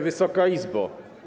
Wysoka Izbo!